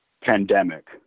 pandemic